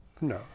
No